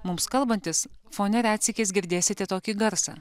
mums kalbantis fone retsykiais girdėsite tokį garsą